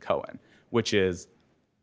cohen which is